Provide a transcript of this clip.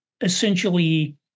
essentially